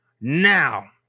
Now